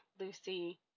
Lucy